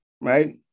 right